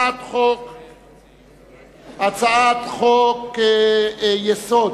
הצעת חוק-יסוד: